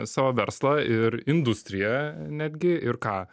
savo verslą ir industriją netgi ir ką